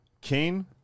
Kane